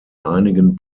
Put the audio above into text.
einigen